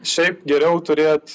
šiaip geriau turėt